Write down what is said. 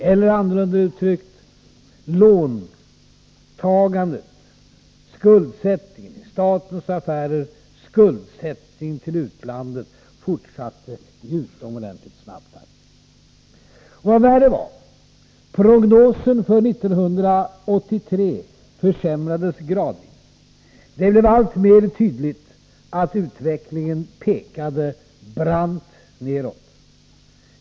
Eller annorlunda uttryckt: Låntagandet i utlandet, skuldsättningen i statens affärer, fortsatte i utomordentligt snabb takt. Vad värre var: Prognosen för 1983 försämrades gradvis. Det blev alltmer tydligt att utvecklingen pekade brant nedåt.